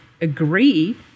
agree